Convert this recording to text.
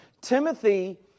Timothy